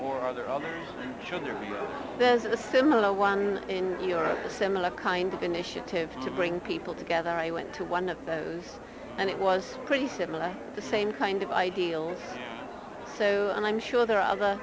or their own children there's a similar one in a similar kind of initiative to bring people together i went to one of those and it was pretty similar the same kind of ideals so i'm sure there are other